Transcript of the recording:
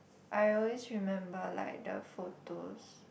I always remember like the food those